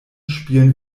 spielen